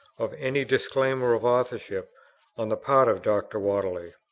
of any disclaimer of authorship on the part of dr. whately.